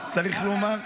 אני חייב להגיד לך,